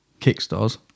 Kickstars